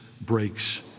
breaks